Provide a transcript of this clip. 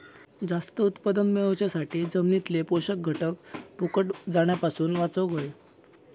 जास्त उत्पादन मेळवच्यासाठी जमिनीतले पोषक घटक फुकट जाण्यापासून वाचवक होये